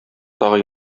тагы